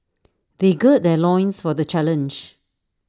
they gird their loins for the challenge